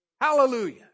Hallelujah